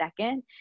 second